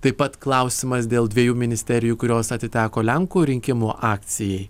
taip pat klausimas dėl dviejų ministerijų kurios atiteko lenkų rinkimų akcijai